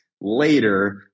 later